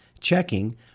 checking